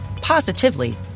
positively